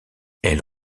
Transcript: elle